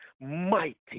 mighty